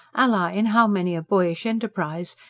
ally in how many a boyish enterprise,